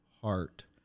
heart